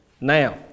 Now